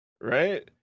Right